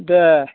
दे